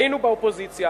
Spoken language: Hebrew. היינו באופוזיציה.